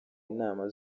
inama